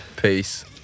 Peace